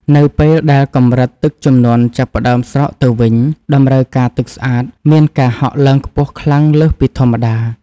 នៅពេលដែលកម្រិតទឹកជំនន់ចាប់ផ្ដើមស្រកទៅវិញ តម្រូវការទឹកស្អាតមានការហក់ឡើងខ្ពស់ខ្លាំងលើសពីធម្មតា។